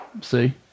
See